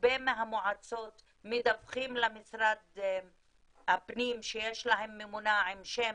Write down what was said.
הרבה מהמועצות מדווחים למשרד הפנים שיש להם ממונה עם שם,